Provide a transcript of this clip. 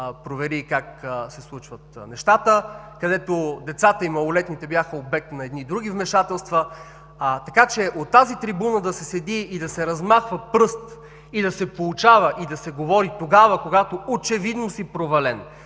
провери как се случват нещата, където децата и малолетните бяха обект на други вмешателства. Така че от тази трибуна да се размахва пръст, да се поучава и да се говори тогава, когато очевидно си провален,